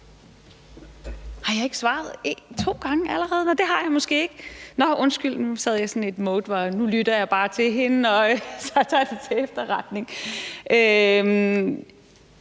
Har jeg ikke svaret to gange allerede? Nå, det har jeg måske ikke. Nå, undskyld, nu sad jeg i sådan et mode, hvor jeg tænkte: Nu lytter jeg bare til hende, og så tager jeg det til efterretning. Fru